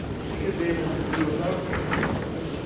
she is able to do without me at present.